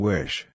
Wish